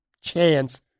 chance